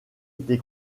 été